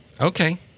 Okay